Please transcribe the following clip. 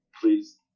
Please